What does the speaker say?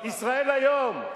"ישראל היום".